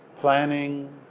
planning